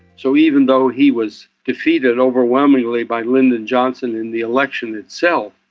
so even though he was defeated overwhelmingly by lyndon johnson in the election itself,